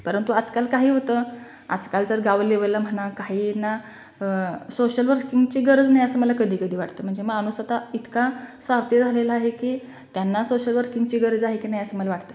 परंतु आजकाल काही होतं आजकालचा गाव लेवलला म्हणा काहींना सोशल वर्किंगची गरज नाही असं मला कधी कधी वाटतं म्हणजे माणूस आता इतका स्वार्थी झालेला आहे की त्यांना सोशल वर्किंगची गरज आहे की नाही असं मला वाटतं